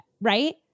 right